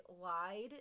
lied